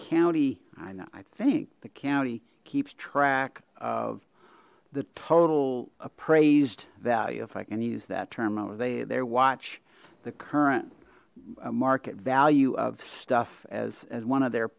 know i think the county keeps track of the total appraised value if i can use that term over they there watch the current market value of stuff as as one of their